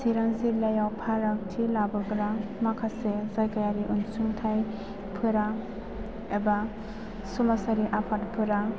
चिरां जिल्लायाव फारागथि लाबोग्रा माखासे जायगायारि अनसुंथाइफोरा एबा समाजारि आफादफोरा